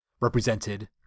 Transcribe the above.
represented